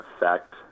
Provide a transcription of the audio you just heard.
effect